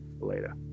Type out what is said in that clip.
later